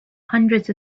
hundreds